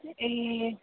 ए